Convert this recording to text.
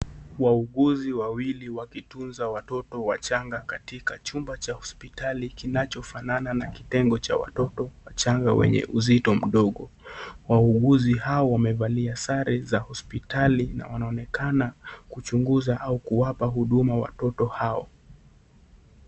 Wauguzi wawili wakitunza watoto wachanga katika chumba cha hospitali kinachofanana na kitengo cha watoto wachanga wenye uzito mdogo . Wauguzi hawa wamevalia sare za hospitali na wanaonekana kuchunguza au kuwapa huduma watoto hao.